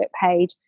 page